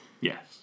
yes